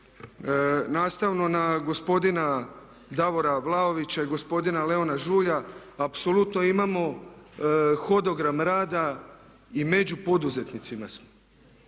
Nastavno na gospodina Davora Vlaovića i gospodina Leona Žulja apsolutno imamo hodogram rada i među poduzetnicima smo.